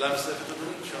שאלה נוספת, אדוני, אפשר?